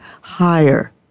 higher